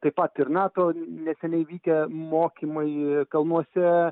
taip pat ir nato neseniai vykę mokymai kalnuose